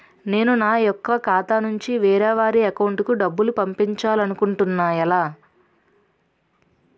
నేను నా యెక్క ఖాతా నుంచి వేరే వారి అకౌంట్ కు డబ్బులు పంపించాలనుకుంటున్నా ఎలా?